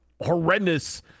horrendous